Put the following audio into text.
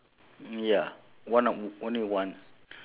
oh so where am I going to circle